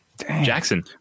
Jackson